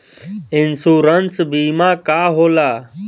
Insurance बीमा का होला?